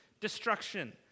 destruction